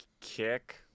kick